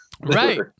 right